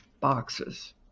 boxes